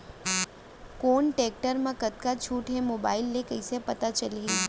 कोन टेकटर म कतका छूट हे, मोबाईल ले कइसे पता चलही?